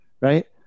Right